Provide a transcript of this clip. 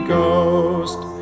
Ghost